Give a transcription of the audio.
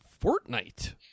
Fortnite